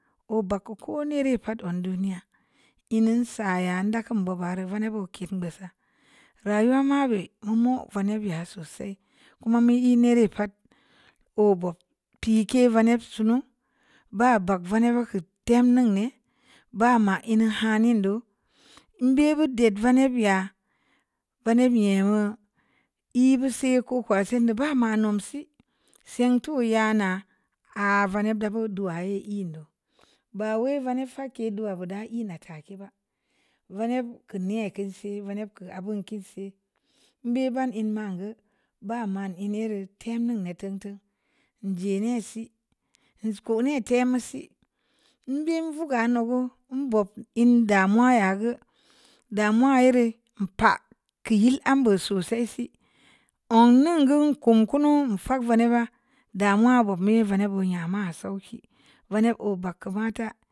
Oba'ak ko kuniri pa'at nduniya hin sa yə ndə kum babə rə vani bu kin bi sa rayuma be munmo vani biya sosai kuma mi ən rə pat obo pi ki vani sanu ba ba'ak vanii bə hag təm nneŋ bama hi ha ni da’ mbe vi di vani biya vani biyeu i bi si ku kwa sindu bamə num si seng tu wuya nə 'a’ vanib də bu dua ‘i’ indu ba wai vana fag ke’ dua vuda ‘i’ na ta ke’ ba'a vani kə ne kə si vani kə abun kisi nbe van ən ma gə ba man lni rə tem nnen tuntu njə nnen si ln soko nnen tem si ən vo gə no'o nbo ln də moya gə də mə rə ln pa'a kəyel abu sosai si ‘o’ nnan gə kon kunu'u mu fag vani ba damuwa bok mi vani bu yə mə sauki vani'o’ ba'ak vatə.